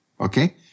Okay